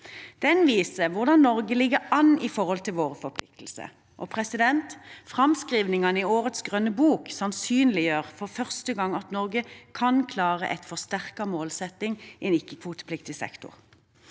Den viser hvordan Norge ligger an i forhold til våre forpliktelser. Framskrivingene i årets grønne bok sannsynliggjør for første gang at Norge kan klare en forsterket målsetting i ikke-kvotepliktig sektor.